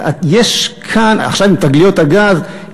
עכשיו עם תגליות הגז,